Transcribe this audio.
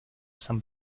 san